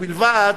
ובלבד,